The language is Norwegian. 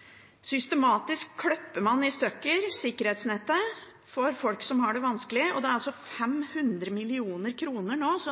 klipper systematisk i stykker sikkerhetsnettet for folk som har det vanskelig. Det